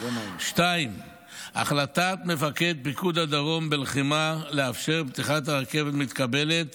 2. החלטת מפקד פיקוד הדרום בלחימה לאפשר את פתיחת הרכבת מתקבלת